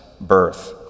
birth